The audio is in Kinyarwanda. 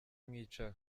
mwicara